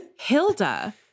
Hilda